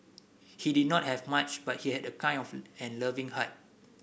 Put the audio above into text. he did not have much but he had a kind of and loving heart